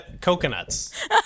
coconuts